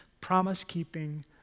promise-keeping